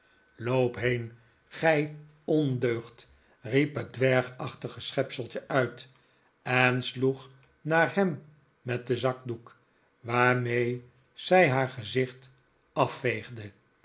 loop heen gij ondeugd riep het dwergachtige schepseltje uit en sloeg naar hem met den zakdoek waarmee zij haar gezicht afveegde